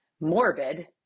morbid